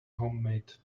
homemade